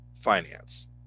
finance